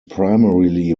primarily